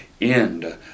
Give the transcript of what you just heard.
end